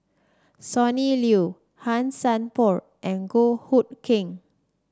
Sonny Liew Han Sai Por and Goh Hood Keng